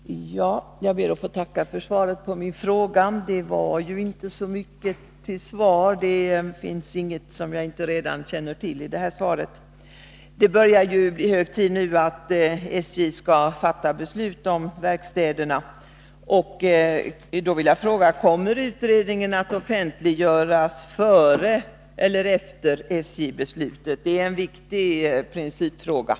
Nr 104 Herr talman! Jag ber att få tacka för svaret på min fråga. Det var ju inte så Tisdagen den mycket till svar — det finns inget i svaret som jag inte redan känner till. 22 mars 1983 Det börjar nu bli hög tid att SJ skall fatta beslut om verkstäderna. Därför vill jag fråga: Kommer utredningen att offentliggöras före eller efter SJ:s Om fortsatt verkbeslut? Det är en viktig principfråga.